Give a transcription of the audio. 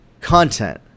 content